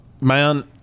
man